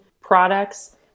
products